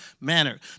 manner